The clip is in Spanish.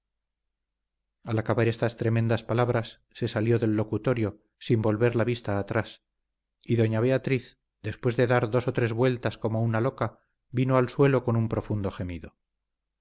acabar estas tremendas palabras se salió del locutorio sin volver la vista atrás y doña beatriz después de dar dos o tres vueltas como una loca vino al suelo con un profundo gemido